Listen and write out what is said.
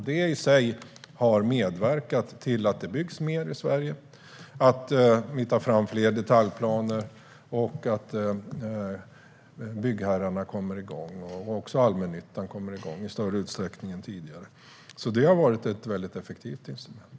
Det i sig har medverkat till att det byggs mer i Sverige, till att det tas fram fler detaljplaner och till att byggherrarna och allmännyttan kommer igång i större utsträckning än tidigare. Det har alltså varit ett effektivt instrument.